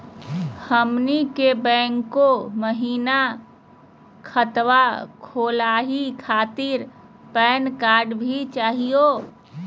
हमनी के बैंको महिना खतवा खोलही खातीर पैन कार्ड भी चाहियो?